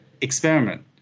experiment